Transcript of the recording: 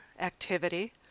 activity